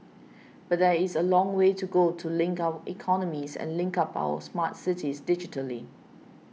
but there is a long way to go to link our economies and link up our smart cities digitally